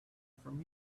from